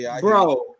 Bro